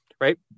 right